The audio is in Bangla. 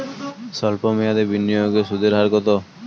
সল্প মেয়াদি বিনিয়োগে সুদের হার কত?